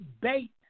bait